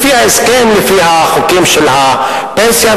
לפי ההסכם ולפי החוקים של הפנסיה,